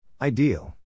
Ideal